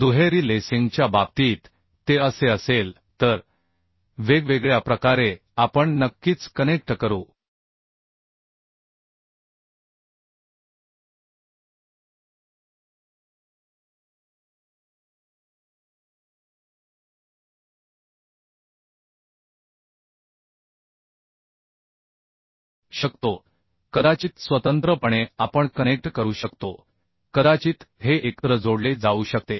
दुहेरी लेसिंगच्या बाबतीत ते असे असेल तर वेगवेगळ्या प्रकारे आपण नक्कीच कनेक्ट करू शकतो कदाचित स्वतंत्रपणे आपण कनेक्ट करू शकतो कदाचित हे एकत्र जोडले जाऊ शकते